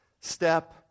step